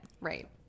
Right